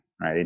right